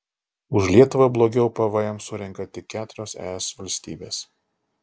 už lietuvą blogiau pvm surenka tik keturios es valstybės